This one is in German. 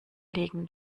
legen